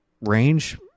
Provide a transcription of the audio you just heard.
range